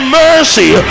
mercy